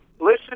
listen